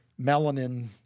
melanin